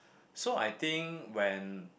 so I think when